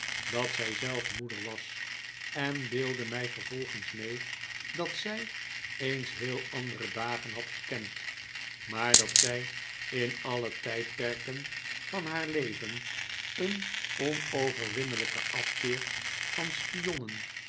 dat zij zelf moeder was en deelde mij vervolgens mee dat zij eens heel andere dagen had gekend maar dat zij in alle tijdperken van haar leven een onoverwinnelijken afkeer van spionnen